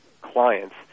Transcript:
clients